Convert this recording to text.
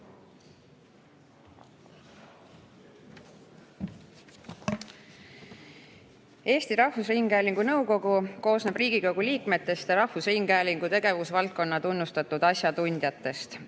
Eesti Rahvusringhäälingu nõukogu koosneb Riigikogu liikmetest ja rahvusringhäälingu tegevusvaldkonna tunnustatud asjatundjatest.